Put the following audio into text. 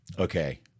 Okay